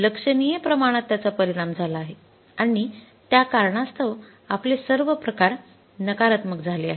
लक्षणीय प्रमाणात त्याचा परिणाम झाला आहे आणि त्या कारणास्तव आपले सर्व प्रकार नकारात्मक झाले आहेत